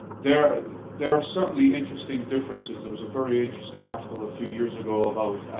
there there are certainly interesting differences. there was a very interesting article a few years ago about